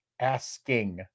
Asking